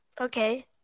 Okay